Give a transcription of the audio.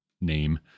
name